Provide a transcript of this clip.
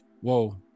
whoa